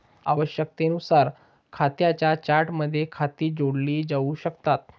आवश्यकतेनुसार खात्यांच्या चार्टमध्ये खाती जोडली जाऊ शकतात